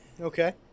Okay